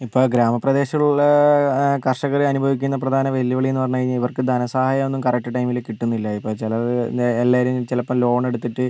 ഇപ്പോൾ ഗ്രാമപ്രദേശത്തിലുള്ള കർഷകർ അനുഭവിക്കുന്ന പ്രധാന വെല്ലുവിളി എന്ന് പറഞ്ഞുകഴിഞ്ഞാൽ ഇവർക്ക് ധനസഹായം ഒന്നും കറക്റ്റ് ടൈമിൽ കിട്ടുന്നില്ല ഇപ്പോൾ ചില എല്ലാവരും ചിലപ്പം ലോൺ എടുത്തിട്ട്